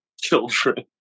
children